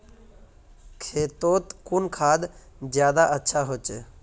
खेतोत कुन खाद ज्यादा अच्छा होचे?